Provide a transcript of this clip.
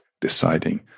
deciding